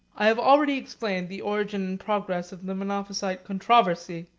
i have already explained the origin and progress of the monophysite controversy,